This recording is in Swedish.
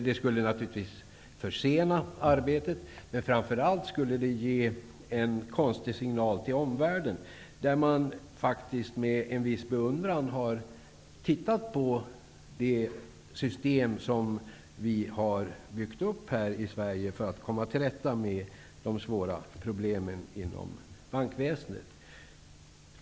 Det skulle naturligtvis försena arbetet, men framför allt skulle det ge en konstig signal till omvärlden, där man faktiskt med en viss beundran har tittat på det system som vi har byggt upp här i Sverige för att komma till rätta med de svåra problemen inom bankväsendet.